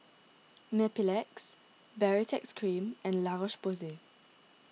Mepilex Baritex Cream and La Roche Porsay